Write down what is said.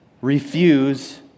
refuse